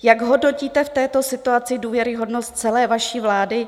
Jak hodnotíte v této situaci důvěryhodnost celé vaší vlády?